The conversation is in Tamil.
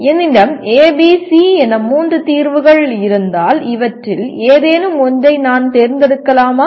என்னிடம் ஏ பி சி என மூன்று தீர்வுகள் இருந்தால் இவற்றில் ஏதேனும் ஒன்றை நான் தேர்ந்தெடுக்கலாமா